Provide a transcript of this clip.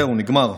זהו, נגמר.